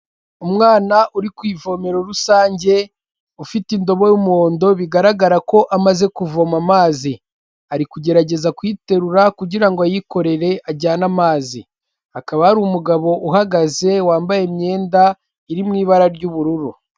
Umwana uri ku ivomero rusange ufite indobo y'umuhondo bigaragara ko amaze kuvoma amazi ari kugerageza kuyiterura kugira ngo ayikorere ajyane amazi akaba yari umugabo uhagaze wambaye imyenda iri mo ibara ry'ubururu.